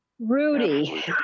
Rudy